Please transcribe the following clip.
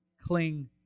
cling